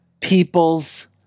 people's